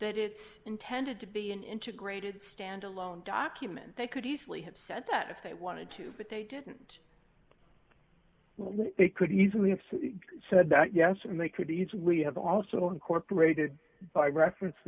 that it's intended to be an integrated standalone document they could easily have said that if they wanted to but they didn't they could easily have said that yes and they could easily have also incorporated by reference